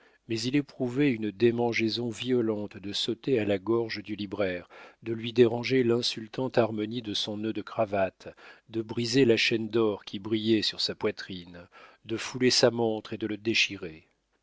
mais il éprouvait une démangeaison violente de sauter à la gorge du libraire de lui déranger l'insultante harmonie de son nœud de cravate de briser la chaîne d'or qui brillait sur sa poitrine de fouler sa montre et de le déchirer